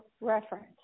reference